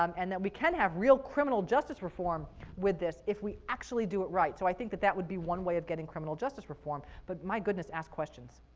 um and that we can have real criminal justice reform with this if we actually do it right. so i think that that would be one way of getting criminal justice reform, but my goodness, ask questions.